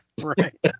right